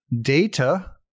data